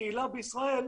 חייבת להיות בנתב"ג.